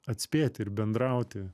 atspėti ir bendrauti